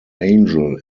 angel